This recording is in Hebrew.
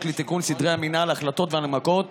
לתיקון סדרי המינהל (החלטות והנמקות).